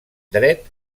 dret